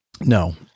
No